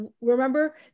Remember